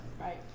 Right